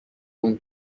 اون